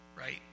right